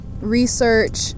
research